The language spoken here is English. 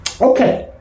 Okay